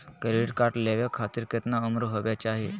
Credit card लेवे खातीर कतना उम्र होवे चाही?